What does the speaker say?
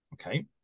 Okay